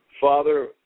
Father